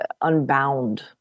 unbound